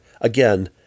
again